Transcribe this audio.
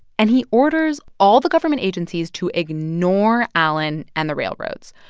and he orders all the government agencies to ignore allen and the railroads.